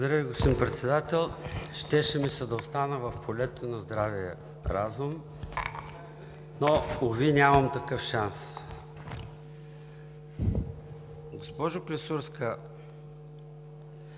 Благодаря Ви, господин Председател. Щеше ми се да остана в полето на здравия разум – но, уви, нямам такъв шанс. Госпожо Клисурска,